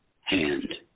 hand